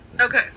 Okay